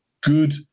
good